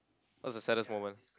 what's the saddest moment